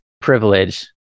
privilege